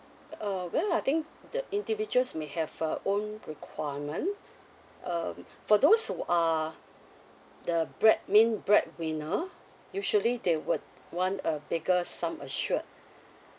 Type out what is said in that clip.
uh well I think the individuals may have uh own requirement um for those who are the bread main breadwinner usually they would want a bigger sum assured